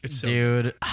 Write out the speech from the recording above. Dude